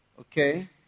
Okay